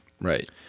Right